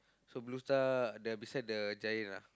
so Blue star the beside the Giant ah